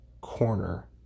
corner